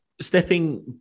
stepping